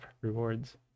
rewards